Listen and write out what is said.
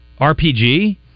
RPG